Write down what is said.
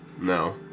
No